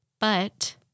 but-